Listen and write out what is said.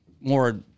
more